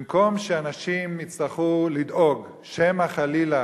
במקום שאנשים יצטרכו לדאוג שמא חלילה